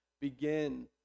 begin